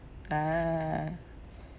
ah